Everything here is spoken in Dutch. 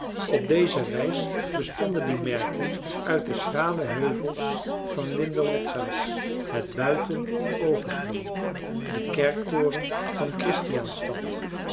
op deze reis bestonden die merken uit de schrale heuvels van linderodsaas het buiten ovesholm de kerktoren van